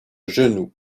genou